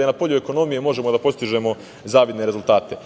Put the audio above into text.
i na polju ekonomije možemo da postižemo zavidne rezultate.